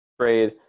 trade